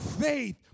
faith